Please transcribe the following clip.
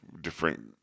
different